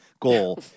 goal